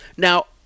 Now